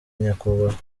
nyakubahwa